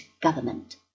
government